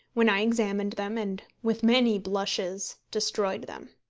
when i examined them, and, with many blushes, destroyed them.